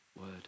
word